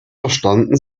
verstanden